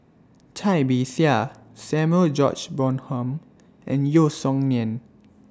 Cai Bixia Samuel George Bonham and Yeo Song Nian